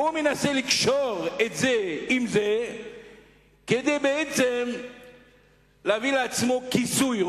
ראש הממשלה מנסה לקשור את זה עם זה כדי להביא לעצמו כיסוי.